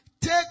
Take